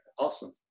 awesome